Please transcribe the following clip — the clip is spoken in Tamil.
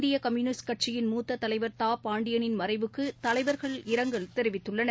இந்திய கம்யூனிஸ்ட் கட்சியின் மூத்த தலைவர் தா பாண்டியனின் மறைவுக்கு தலைவர்கள் இரங்கல் தெரிவித்துள்ளனர்